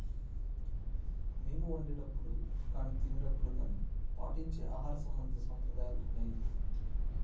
మేము వండేటప్పుడు కానీ తినేటప్పుడు కానీ పాటించే ఆహారం సంబంధిత సాంప్రదాయాలు ఉన్నాయి